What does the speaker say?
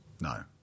no